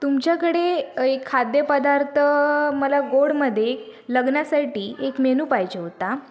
तुमच्याकडे एक खाद्यपदार्थ मला गोडमध्ये लग्नासाठी एक मेनू पाहिजे होता